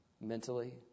mentally